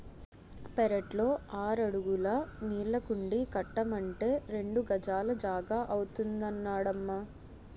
పెరట్లో ఆరడుగుల నీళ్ళకుండీ కట్టమంటే రెండు గజాల జాగా అవుతాదన్నడమ్మా